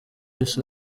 isi